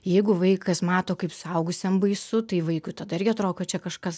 jeigu vaikas mato kaip suaugusiam baisu tai vaikui tada irgi atrodo kad čia kažkas